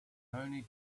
only